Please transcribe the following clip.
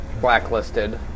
Blacklisted